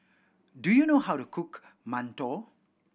do you know how to cook mantou